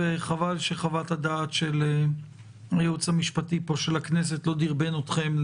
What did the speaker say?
וחבל שחוות הדעת של הייעוץ המשפטי פה של הכנסת לא דרבנה אתכם,